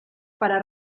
para